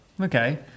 Okay